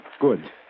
Good